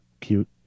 cute